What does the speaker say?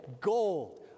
gold